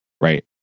right